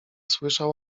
słyszał